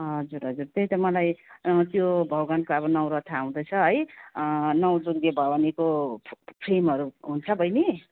हजुर हजुर त्यही त मलाई त्यो भगवान्को अब नवरथा आउँदैछ है नवदुर्गे भवानीको फ्रेमहरू हुन्छ बहिनी